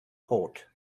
port